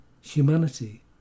humanity